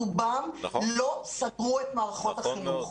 ברובם לא סגרו את מערכות החינוך.